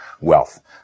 wealth